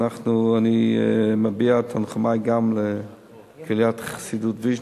אני מביע את תנחומי גם לקריית החסידות ויז'ניץ,